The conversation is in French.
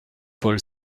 paul